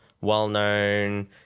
well-known